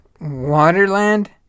Waterland